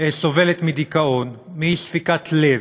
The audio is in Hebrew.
סובלת מדיכאון, מאי-ספיקת לב,